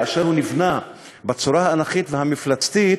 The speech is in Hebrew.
כאשר הוא נבנה בצורה האנכית והמפלצתית,